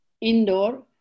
indoor